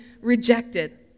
rejected